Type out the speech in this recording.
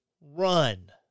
run